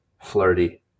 Flirty